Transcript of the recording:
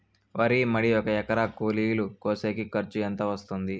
వరి మడి ఒక ఎకరా కూలీలు కోసేకి ఖర్చు ఎంత వస్తుంది?